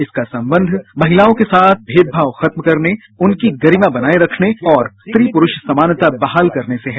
इसका संबंध महिलाओं के साथ भेदभाव खत्म करने उनकी गरिमा बनाये रखने और स्त्री पुरूष समानता बहाल करने से है